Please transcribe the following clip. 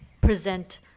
present